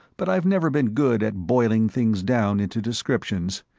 but i've never been good at boiling things down into descriptions,